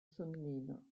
sonnino